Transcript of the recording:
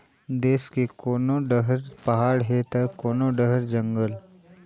देस के कोनो डहर पहाड़ हे त कोनो डहर जंगल